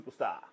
Superstar